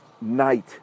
night